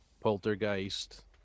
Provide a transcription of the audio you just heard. Poltergeist